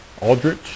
Aldrich